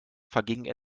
vergingen